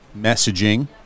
messaging